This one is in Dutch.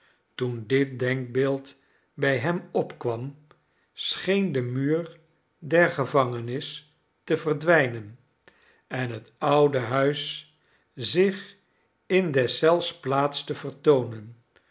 toen dit denkbeeld bij hem opkwam scheen de muur der gevangenis te verdwijnen en het oude huis zich in deszelfs plaats te vertoonen